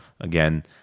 again